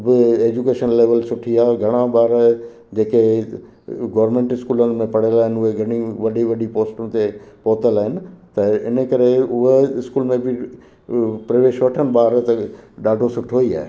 बि education level सुठी आहे घणा ॿार जे के गवर्मेंट स्कूलनि में पढ़ियल आहिनि उहे घणियूं वॾी वॾी पोस्टू ते पहुतल आहिनि त इनकरे उहो स्कूल में बि प्रवेश वठनि ॿार त ॾाढो सुठो ई आहे